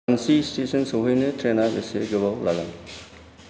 Jhansi station सौहैनो ट्रेना बेसे गोबाव लागोन